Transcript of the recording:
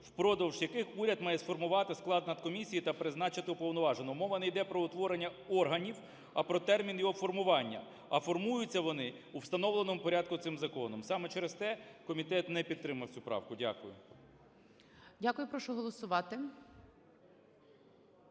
впродовж яких уряд має сформувати склад нацкомісії та призначити уповноваженого. Мова не йде про утворення органів, а про термін його формування. А формуються вони у встановленому порядку цим законом. Саме через те комітет не підтримав цю правку. Дякую. ГОЛОВУЮЧИЙ. Дякую. Прошу голосувати.